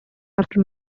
after